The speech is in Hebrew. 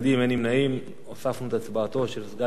סגן היושב-ראש גאלב מג'אדלה.